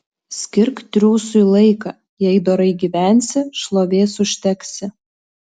skirk triūsui laiką jei dorai gyvensi šlovės užteksi